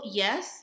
yes